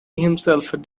himself